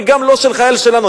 וגם לא של חייל שלנו.